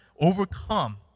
overcome